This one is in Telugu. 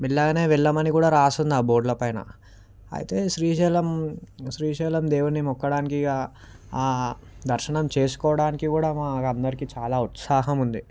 మెల్లగానే వెళ్ళమని కూడా రాసి ఉంది ఆ బోర్డుల పైన అయితే శ్రీశైలం శ్రీశైలం దేవుణ్ణి మొక్కడానికి ఇక దర్శనం చేసుకోవడానికి కూడా మాకు అందరికీ చాలా ఉత్సాహం ఉంది